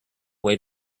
way